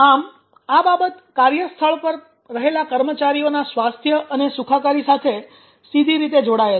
આમ આ બાબત કાર્યસ્થળ પર રહેલા કર્મચારીઓના સ્વાસ્થ્ય અને સુખાકારી સાથે સીધી રીતે જોડાયેલ છે